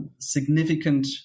significant